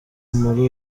muri